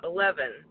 Eleven